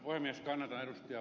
kannatan ed